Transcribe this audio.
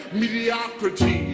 mediocrity